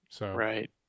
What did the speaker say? Right